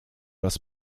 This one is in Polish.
raz